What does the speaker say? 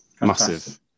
Massive